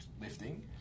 lifting